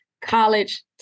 college